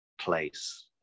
place